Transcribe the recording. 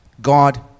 God